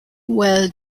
well